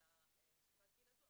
לגבי התכנית הזו.